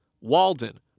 Walden